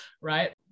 right